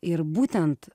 ir būtent